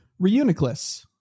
Reuniclus